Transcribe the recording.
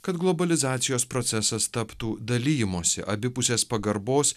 kad globalizacijos procesas taptų dalijimosi abipusės pagarbos